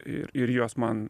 ir ir jos man